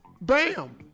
Bam